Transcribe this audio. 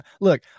look